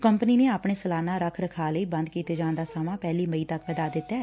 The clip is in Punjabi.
ਕੰਪਨੀ ਨੇ ਆਪਣੇ ਸਾਲਾਨਾ ਰੱਖ ਰਖਾਅ ਲਈ ਬੰਦ ਕੀਤੇ ਜਾਣ ਦਾ ਸਮਾਂ ਪਹਿਲੀ ਮਈ ਤੱਕ ਵਧਾ ਦਿੱਤੈ